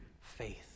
faith